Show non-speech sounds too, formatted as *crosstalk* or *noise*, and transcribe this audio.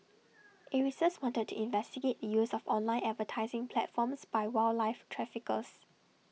*noise* acres wanted to investigate the use of online advertising platforms by wildlife traffickers